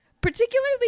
particularly